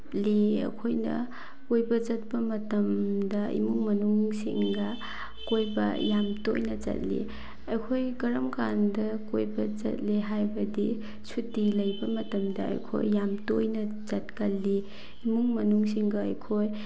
ꯑꯩꯈꯣꯏꯅ ꯀꯣꯏꯕ ꯆꯠꯄ ꯃꯇꯝꯗ ꯏꯃꯨꯡ ꯃꯅꯨꯡꯁꯤꯡꯒ ꯀꯣꯏꯕ ꯌꯥꯝ ꯇꯣꯏꯅ ꯆꯠꯂꯤ ꯑꯩꯈꯣꯏ ꯀꯔꯝꯀꯥꯟꯗ ꯀꯣꯏꯕ ꯆꯠꯂꯦ ꯍꯥꯏꯕꯗꯤ ꯁꯨꯇꯤ ꯂꯩꯕ ꯃꯇꯝꯗ ꯑꯩꯈꯣꯏ ꯌꯥꯝ ꯇꯣꯏꯅ ꯆꯠꯀꯜꯂꯤ ꯏꯃꯨꯡ ꯃꯅꯨꯡꯁꯤꯡꯒ ꯑꯩꯈꯣꯏ